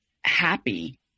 happy